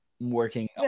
Working